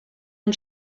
and